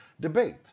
debate